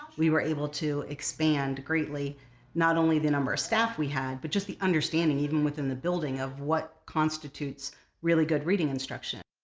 we were able to expand greatly not only the number of staff we had but just the understanding even within the building of what constitutes really good reading instruction.